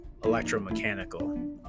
electromechanical